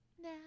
now